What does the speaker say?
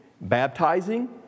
baptizing